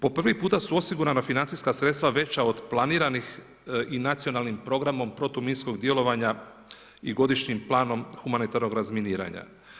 Po prvi puta su osigurana financijska sredstva veća od planiranih i nacionalnim programom protuminskog djelovanja i godišnjim planom humanitarnog razminiranja.